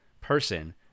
person